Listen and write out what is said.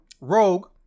Rogue